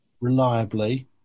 reliably